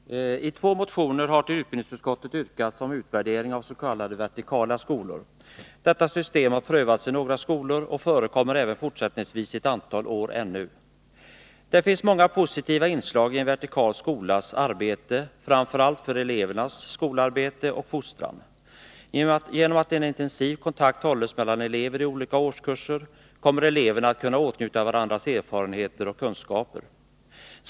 Fru talman! I två motioner, som behandlas i utbildningsutskottets betänkande nr 35, har yrkats om utvärdering av s.k. vertikala skolor. Detta system har prövats i några skolor och förekommer även fortsättningsvis ett antal år ännu. Det finns många positiva inslag i en vertikal skolas arbete, framför allt för elevens skolarbete och fostran. Genom att en intensiv kontakt hålles mellan elever i olika årskurser kommer eleverna att kunna åtnjuta varandras erfarenheter och kunskaper.